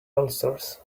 ulcers